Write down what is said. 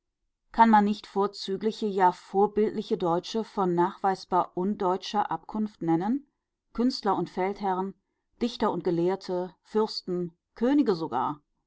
kann man nicht vorzügliche ja vorbildliche deutsche von nachweisbar undeutscher abkunft nennen künstler und feldherrn dichter und gelehrte fürsten könige sogar